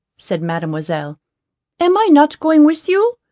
said mademoiselle am i not going with you?